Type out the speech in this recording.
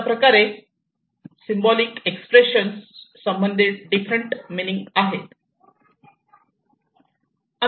अशाप्रकारे symbolic expression संबंधित different meaning आहेत